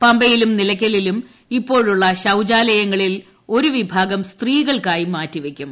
പമ്പയിലും നിലയ്ക്കലിലും ഇപ്പോഴുള്ള ശൌചാലയങ്ങളിൽ ഒരു വിഭാഗം സ്ത്രീകൾക്കായി മാറ്റിവയ്ക്കും